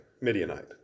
Midianite